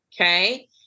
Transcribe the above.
Okay